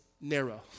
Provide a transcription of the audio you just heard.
narrow